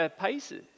paces